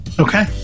Okay